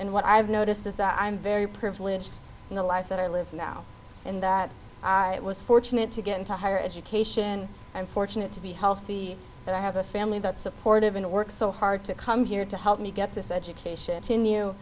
and what i've noticed is that i'm very privileged in the life that i live now and that i was fortunate to get into higher education i'm fortunate to be healthy and i have a family that supportive in work so hard to come here to help me get this education